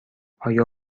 آیا